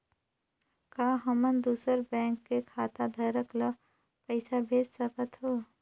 का हमन दूसर बैंक के खाताधरक ल पइसा भेज सकथ हों?